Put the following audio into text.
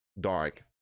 dark